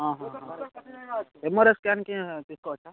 MRI స్కాన్కి తీసుకోవచ్చా